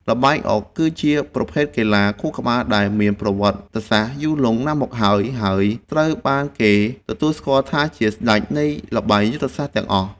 ល្បែងអុក គឺជាប្រភេទកីឡាខួរក្បាលដែលមានប្រវត្តិសាស្ត្រយូរលង់ណាស់មកហើយហើយត្រូវបានគេទទួលស្គាល់ថាជាស្តេចនៃល្បែងយុទ្ធសាស្ត្រទាំងអស់។